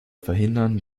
verhindern